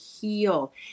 heal